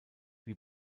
wie